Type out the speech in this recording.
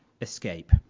escape